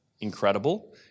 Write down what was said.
incredible